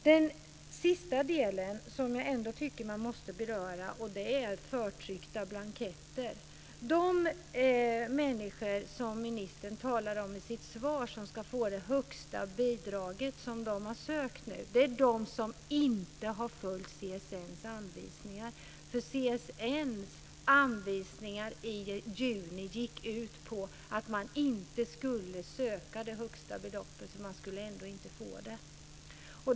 Den sista delen som jag tycker att man måste beröra är förtryckta blanketter. De människor som ministern talar om i sitt svar, som ska få det högsta bidraget som de har sökt, är de som inte har följt CSN:s anvisningar. CSN:s anvisningar i juni gick ut på att man inte skulle söka det högsta beloppet, för man skulle ändå inte få det.